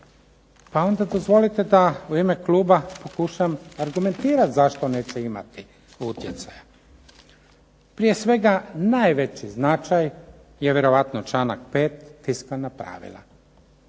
Pa onda dozvolite da u ime kluba pokušam argumentiram zašto neće imati utjecaja. Prije svega, najveći značaj je vjerojatno članak 5. tiskana pravila